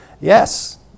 Yes